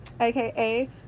aka